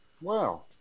Wow